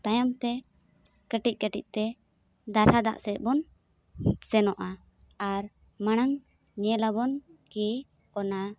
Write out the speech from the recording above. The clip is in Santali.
ᱛᱟᱭᱚᱢᱛᱮ ᱠᱟᱹᱴᱤᱡ ᱠᱟᱹᱴᱤᱡ ᱛᱮ ᱫᱟᱨᱦᱟ ᱫᱟᱜ ᱥᱮᱫ ᱵᱚᱱ ᱥᱮᱱᱚᱜᱼᱟ ᱟᱨ ᱢᱟᱲᱟᱝ ᱧᱮᱞᱟᱵᱚᱱ ᱠᱤ ᱚᱱᱟ